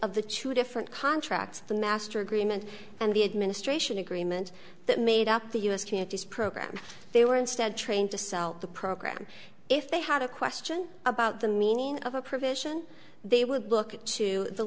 of the two different contracts the master agreement and the administration agreement that made up the u s communities program they were instead trying to sell the program if they had a question about the meaning of a provision they would look to the